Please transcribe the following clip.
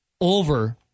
over